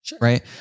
Right